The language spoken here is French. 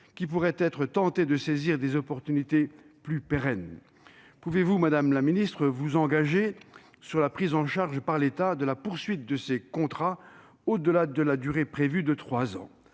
qui pourraient être tentés de saisir des opportunités plus pérennes. Madame la ministre, pouvez-vous vous engager sur la prise en charge par l'État de la poursuite de ces contrats au-delà de la durée prévue de trois ans ?